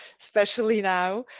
especially now